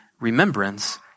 remembrance